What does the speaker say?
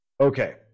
okay